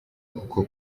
uko